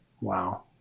Wow